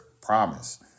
promise